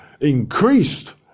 increased